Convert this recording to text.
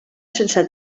sense